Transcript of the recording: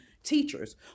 Teachers